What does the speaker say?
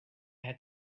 had